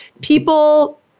people